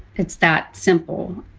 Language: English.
it's that simple.